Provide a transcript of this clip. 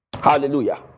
Hallelujah